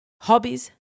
hobbies